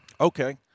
Okay